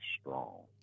strong